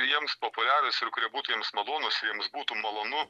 jiems populiarūs ir kurie būtų jiems malonūs jiems būtų malonu